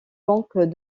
manque